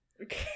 Okay